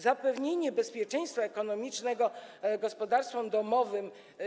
Sprawa zapewnienia bezpieczeństwa ekonomicznego gospodarstwom domowym.